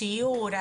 שיעור,